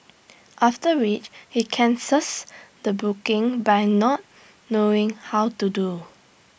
after which he cancels the booking by not knowing how to do